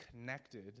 connected